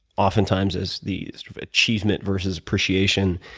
oftentimes, as the sort of achievement versus appreciation